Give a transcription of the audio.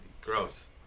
Gross